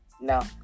No